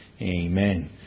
Amen